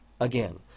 again